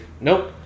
Nope